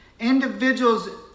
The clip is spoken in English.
individuals